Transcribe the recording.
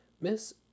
Miss